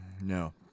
No